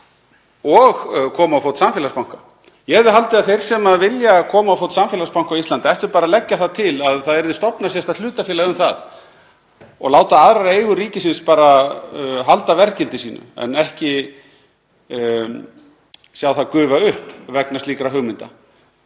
og koma á fót samfélagsbanka. Ég hefði haldið að þeir sem vilja koma á fót samfélagsbanka á Íslandi ættu bara að leggja til að stofnað yrði sérstakt hlutafélag um það og láta aðrar eigur ríkisins halda verðgildi sínu en ekki sjá það gufa upp vegna slíkra hugmynda.